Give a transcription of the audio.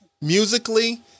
musically